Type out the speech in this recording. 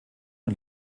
und